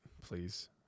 Please